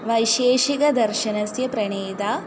वैशेषिकदर्शनस्य प्रणेता